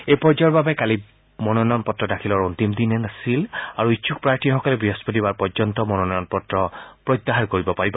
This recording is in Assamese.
এই পৰ্যায়ৰ বাবে কালি মনোনয়ন পত্ৰ দাখিলৰ অন্তিম দিন আছিল আৰু ইচ্ছুক প্ৰাৰ্থীসকলে বৃহস্পতিবাৰ পৰ্যন্ত মনোনয়ন পত্ৰ প্ৰত্যাহাৰ কৰিব পাৰিব